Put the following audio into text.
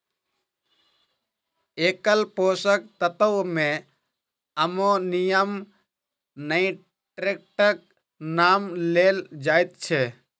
एकल पोषक तत्व मे अमोनियम नाइट्रेटक नाम लेल जाइत छै